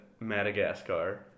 madagascar